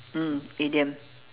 mm idiom